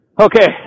Okay